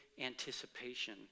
anticipation